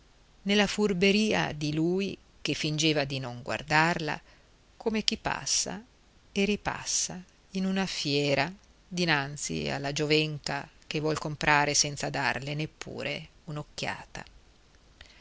nella furberia di lui che fingeva di non guardarla come chi passa e ripassa in una fiera dinanzi alla giovenca che vuol comprare senza darle neppure